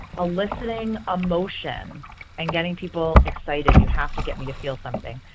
eliciting emotion and getting people excited. you have to get me to feel something.